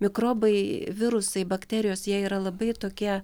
mikrobai virusai bakterijos jie yra labai tokie